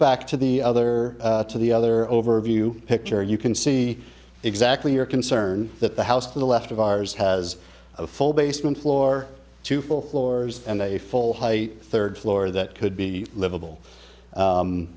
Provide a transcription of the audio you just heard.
back to the other to the other overview picture and you can see exactly your concern that the house to the left of ours has a full basement floor two full floors and a full high third floor that could be livable